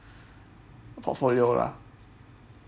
portfolio lah